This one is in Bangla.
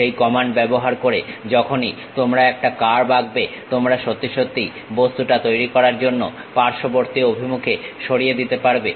সেই কমান্ড ব্যবহার করে যখনই তোমরা একটা কার্ভ আঁকবে তোমরা সত্যি সত্যিই বস্তুটা তৈরি করার জন্য পার্শ্ববর্তী অভিমুখে সরিয়ে দিতে পারবে